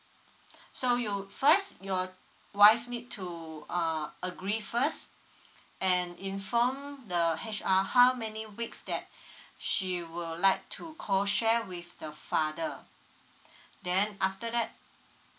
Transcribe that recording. so you first your wife need to uh agree first and inform the hr uh how many weeks that she will like to co share with the father then after that